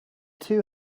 two